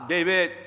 David